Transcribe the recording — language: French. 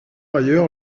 ailleurs